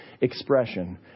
expression